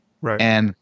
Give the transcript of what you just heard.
Right